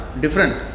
different